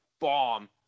bomb